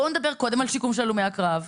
בואו נדבר קודם על השיקום של הלומי הקרב,